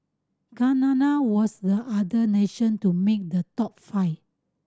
Canada was the other nation to make the top five